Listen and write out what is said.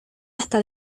hasta